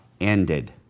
ended